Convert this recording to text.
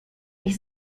ich